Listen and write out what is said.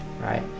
right